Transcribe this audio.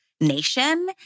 nation